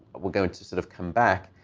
we're going to sort of come back.